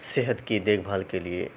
صحت کی دیکھ بھال کے لیے